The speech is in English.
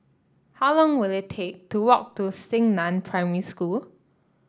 how long will it take to walk to Xingnan Primary School